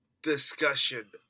discussion